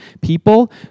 people